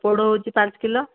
ପୋଡ଼ ହଉଛି ପାଞ୍ଚ କିଲୋ